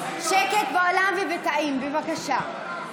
שקט באולם ובתאים, בבקשה.